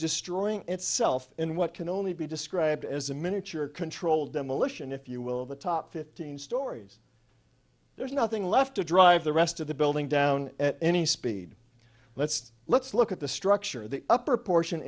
destroying itself in what can only be described as a miniature controlled demolition if you will of the top fifteen stories there's nothing left to drive the rest of the building down at any speed let's let's look at the structure of the upper portion